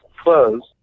closed